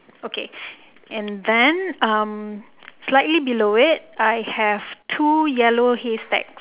okay and then slightly below it I have two yellow haystacks